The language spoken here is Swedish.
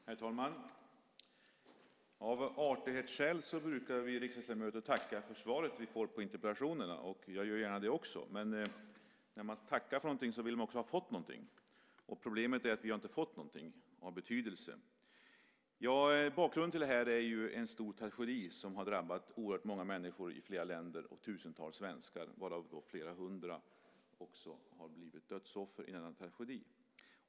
Herr talman! Av artighetsskäl brukar vi riksdagsledamöter tacka för svaret vi får på interpellationerna. Också jag gör gärna det. Men när man tackar för någonting vill man också ha fått någonting. Problemet är att vi inte har fått någonting av betydelse. Bakgrunden till frågan är en stor tragedi som har drabbat oerhört många människor i flera länder och tusentals svenskar, varav flera hundra också har blivit dödsoffer i denna tragedi.